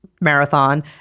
marathon